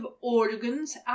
organs